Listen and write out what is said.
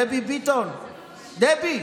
דבי ביטון, דבי.